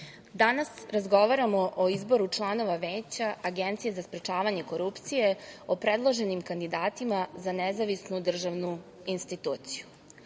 danas razgovaramo o izboru članova Veća Agencije za sprečavanje korupcije o predloženim kandidatima za nezavisnu državnu instituciju. Očekujemo